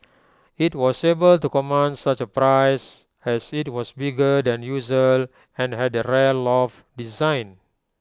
IT was able to command such A price as IT was bigger than usual and had A rare loft design